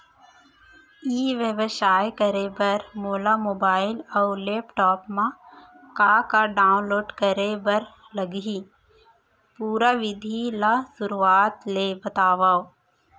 ई व्यवसाय करे बर मोला मोबाइल अऊ लैपटॉप मा का का डाऊनलोड करे बर लागही, पुरा विधि ला शुरुआत ले बतावव?